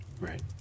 Right